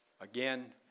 Again